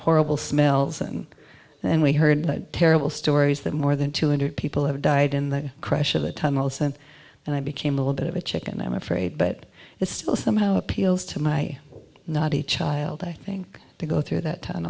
horrible smells and then we heard the terrible stories that more than two hundred people have died in the crush of the tunnels and and i became a little bit of a chicken am afraid but it still somehow appeals to my not a child i think to go through that